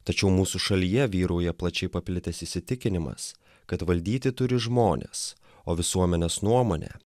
tačiau mūsų šalyje vyrauja plačiai paplitęs įsitikinimas kad valdyti turi žmonės o visuomenės nuomonė